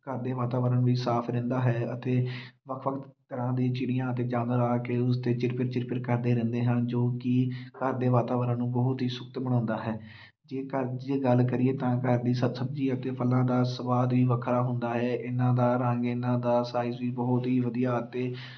ਘਰ ਦਾ ਵਾਤਾਵਰਨ ਵੀ ਸਾਫ ਰਹਿੰਦਾ ਹੈ ਅਤੇ ਵੱਖ ਵੱਖ ਤਰ੍ਹਾਂ ਦੀ ਚਿੜੀਆਂ ਅਤੇ ਜਾਨਵਰ ਆ ਕੇ ਉਸ 'ਤੇ ਚਿਰਕਟ ਚਿਰਕਟ ਕਰਦੇ ਰਹਿੰਦੇ ਹਨ ਜੋ ਕਿ ਘਰ ਦੇ ਵਾਤਾਵਰਨ ਨੂੰ ਬਹੁਤ ਹੀ ਸ਼ੁੱਧ ਬਣਾਉਂਦਾ ਹੈ ਜੇਕਰ ਜੇ ਗੱਲ ਕਰੀਏ ਤਾਂ ਘਰ ਦੀ ਸ ਸਬਜ਼ੀ ਅਤੇ ਫਲਾਂ ਦਾ ਸਵਾਦ ਹੀ ਵੱਖਰਾ ਹੁੰਦਾ ਹੈ ਇਹਨਾਂ ਦਾ ਰੰਗ ਇਹਨਾਂ ਦਾ ਸਾਈਜ਼ ਵੀ ਬਹੁਤ ਹੀ ਵਧੀਆ ਅਤੇ